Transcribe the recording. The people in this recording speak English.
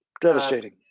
devastating